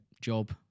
job